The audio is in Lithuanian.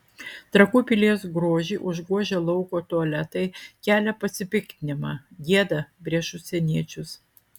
trakų pilies grožį užgožę lauko tualetai kelia pasipiktinimą gėda prieš užsieniečius